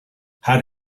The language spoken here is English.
had